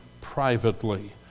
privately